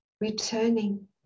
returning